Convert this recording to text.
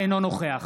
אינו נוכח